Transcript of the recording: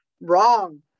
wrong